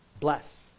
Bless